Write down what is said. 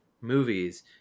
movies